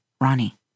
Ronnie